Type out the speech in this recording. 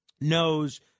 knows